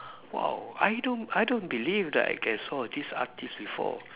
!wow! I don't I don't believe that I can saw this artiste before